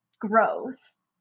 gross